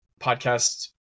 podcast